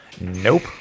nope